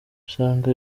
usanga